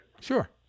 Sure